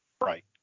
right